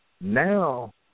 Now